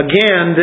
Again